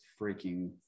freaking